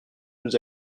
nous